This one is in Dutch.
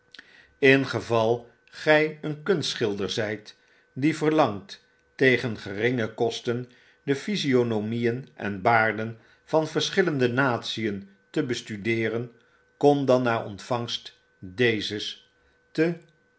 ingeval gij een kunstschilder zyt die verlangt tegen geringe kosten de physionomieen en baarden van verschillende natien te bestudeeren kom dan na ontvangst dezes te